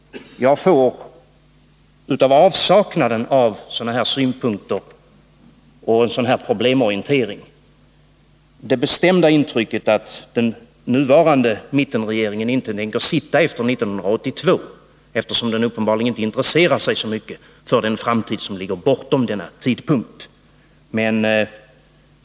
Jag får av avsaknaden av sådana här synpunkter och en sådan här problemorientering det bestämda intrycket att den nuvarande mittenregeringen inte tänker sitta efter 1982, eftersom den uppenbarligen inte intresserar sig så mycket för den framtid som ligger bortom denna tidpunkt.